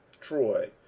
Troy